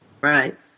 Right